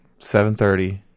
7.30